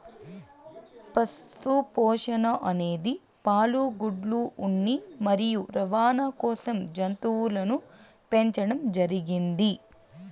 పశు పోషణ అనేది పాలు, గుడ్లు, ఉన్ని మరియు రవాణ కోసం జంతువులను పెంచండం జరిగింది